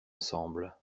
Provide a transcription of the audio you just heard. ensemble